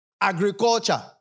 agriculture